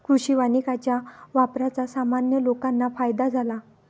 कृषी वानिकाच्या वापराचा सामान्य लोकांना फायदा झाला